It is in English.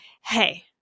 hey